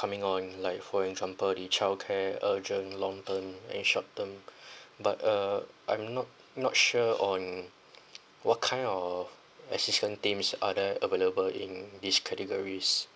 coming on like for example the childcare urgent long term eh short term but uh I'm not not sure on what kind of assistant teams are there available in these categories